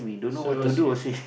so was